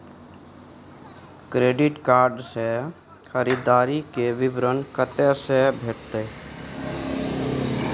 Credit card से खरीददारी के विवरण कत्ते से भेटतै?